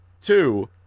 Two